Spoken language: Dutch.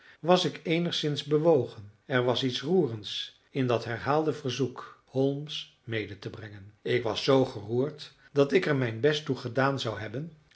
was ik eenigszins bewogen er was iets roerends in dat herhaalde verzoek holmes mede te brengen ik was zoo geroerd dat ik er mijn best toe gedaan zou hebben